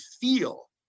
feel